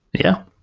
yeah.